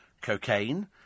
cocaine